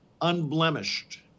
unblemished